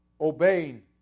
obeying